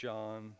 John